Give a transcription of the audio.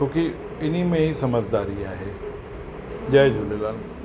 छो की हिन में ई समुझदारी आहे जय झूलेलाल